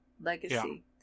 Legacy